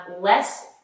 less